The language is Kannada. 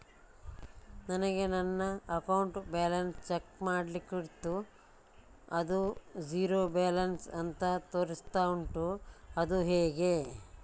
ನನಗೆ ನನ್ನ ಅಕೌಂಟ್ ಬ್ಯಾಲೆನ್ಸ್ ಚೆಕ್ ಮಾಡ್ಲಿಕ್ಕಿತ್ತು ಅದು ಝೀರೋ ಬ್ಯಾಲೆನ್ಸ್ ಅಂತ ತೋರಿಸ್ತಾ ಉಂಟು ಅದು ಹೇಗೆ?